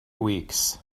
weeks